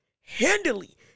handily